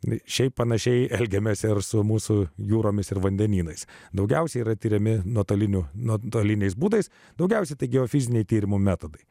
bet šiaip panašiai elgiamės ir su mūsų jūromis ir vandenynais daugiausiai yra tiriami nuotoliniu nuotoliniais būdais daugiausiai tai geofiziniai tyrimo metodai